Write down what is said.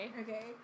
Okay